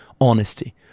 honesty